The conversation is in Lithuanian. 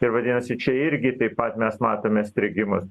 ir vadinasi čia irgi taip pat mes matome strigimus